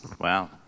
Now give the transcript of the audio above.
Wow